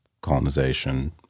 colonization